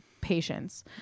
patience